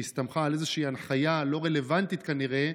שהסתמכה על איזושהי הנחיה לא רלוונטית כנראה,